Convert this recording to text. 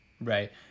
Right